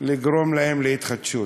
לגרום להם להתחדשות.